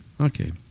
Okay